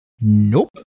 Nope